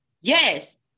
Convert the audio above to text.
Yes